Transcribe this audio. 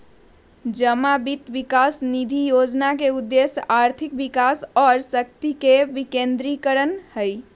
जमा वित्त विकास निधि जोजना के उद्देश्य आर्थिक विकास आ शक्ति के विकेंद्रीकरण हइ